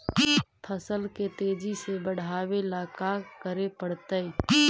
फसल के तेजी से बढ़ावेला का करे पड़तई?